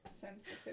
sensitive